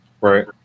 Right